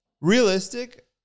Realistic